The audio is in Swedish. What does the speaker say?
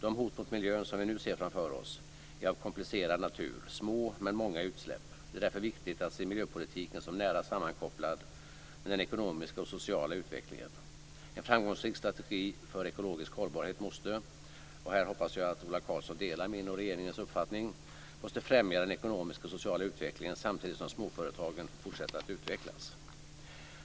De hot mot miljön som vi nu ser framför oss är av komplicerad natur; små men många utsläpp. Det är därför viktigt att se miljöpolitiken som nära sammankopplad med den ekonomiska och sociala utvecklingen. En framgångsrik strategi för ekologisk hållbarhet måste - och här hoppas jag att Ola Karlsson delar min och regeringens uppfattning - främja den ekonomiska och sociala utvecklingen samtidigt som småföretagen får fortsätta att utvecklas.